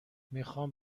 میخوام